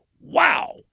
wow